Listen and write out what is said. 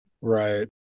Right